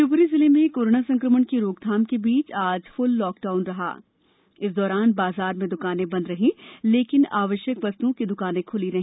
शिवपुरी जिले में कोरोना संकमण की रोकथाम के बीच आज फ्ल लॉकडाउन रहा इस दौरान बाजार में दुकाने बंद रहीं लेकिन आवश्यक वस्तुओं की दुकानें आदि खुले रहे